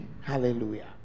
Hallelujah